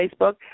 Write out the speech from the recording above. Facebook